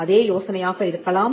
அதே யோசனையாக இருக்கலாம்